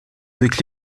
avec